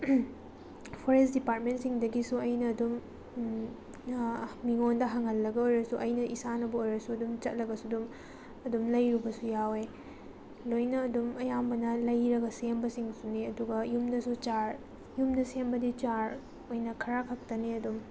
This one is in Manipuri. ꯐꯣꯔꯦꯁ ꯗꯤꯄꯥꯔꯠꯃꯦꯟꯁꯤꯡꯗꯒꯤꯁꯨ ꯑꯩꯅ ꯑꯗꯨꯝ ꯃꯤꯉꯣꯟꯗ ꯍꯪꯍꯜꯂꯒ ꯑꯣꯏꯔꯁꯨ ꯑꯩꯅ ꯏꯁꯥꯅꯕꯨ ꯑꯣꯏꯔꯁꯨ ꯑꯗꯨꯝ ꯆꯠꯂꯒꯁꯨ ꯑꯗꯨꯝ ꯑꯗꯨꯝ ꯂꯩꯔꯨꯕꯁꯨ ꯌꯥꯎꯑꯦ ꯂꯣꯏꯅ ꯑꯗꯨꯝ ꯑꯌꯥꯝꯕꯅ ꯂꯩꯔꯒ ꯁꯦꯝꯕꯁꯤꯡꯁꯨꯅꯤ ꯑꯗꯨꯒ ꯌꯨꯝꯗꯁꯨ ꯆꯥꯔ ꯌꯨꯝꯗ ꯁꯦꯝꯕꯗꯤ ꯆꯥꯔ ꯑꯣꯏꯅ ꯈꯔ ꯈꯛꯇꯅꯦ ꯑꯗꯨꯝ